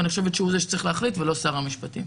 אני חושבת שהוא זה שצריך להחליט ולא שר המשפטים.